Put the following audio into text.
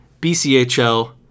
BCHL